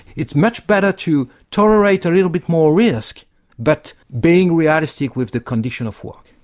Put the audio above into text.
it's much better to tolerate a little bit more risk but being realistic with the condition of work.